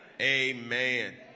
amen